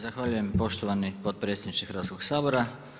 Zahvaljujem poštovani potpredsjedniče Hrvatskog sabora.